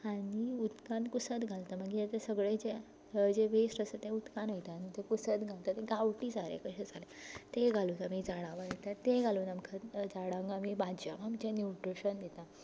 आनी उदकांत कुसत घालता मागीर ताचें सगळें जें थंय जें वेस्ट आसा तें उदकांत वयता आनी तें कुसत घालता तें गांवठी सारें कशें जालें तें घालून आमी झाडां वाडयता तें घालून आमकां झाडांक आमी भाजयांक आमच्या न्युट्रिशन दिता